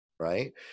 right